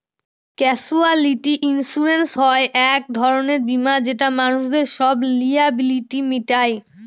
casualty insurance হয় এক ধরনের বীমা যেটা মানুষদের সব লায়াবিলিটি মিটায়